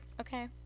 okay